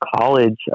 college